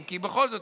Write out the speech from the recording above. כי בכל זאת,